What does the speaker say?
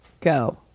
go